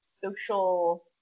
social